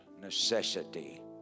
necessity